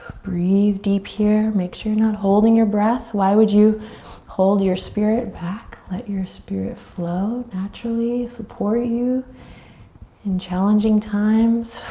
breath deep here, make sure you're not holding your breath, why would you hold your spirit back, let your spirit flow naturally, support you in challenging times,